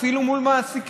אפילו מול מעסיקים,